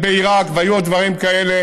בעיראק, והיו עוד דברים כאלה.